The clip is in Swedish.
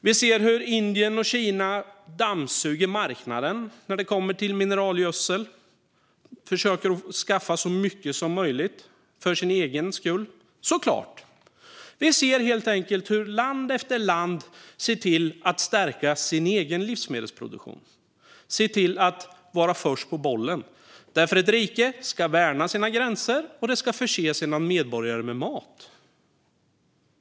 Vi ser hur Indien och Kina dammsuger marknaden när det kommer till mineralgödsel och försöker att skaffa så mycket som möjligt för sin egen skull, såklart. Vi ser helt enkelt hur land efter land ser till att stärka sin egen livsmedelsproduktion och vara först på bollen. Ett rike ska värna sina gränser och förse sina medborgare med mat.